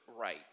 right